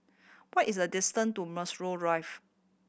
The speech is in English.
what is the distance to Melrose Drive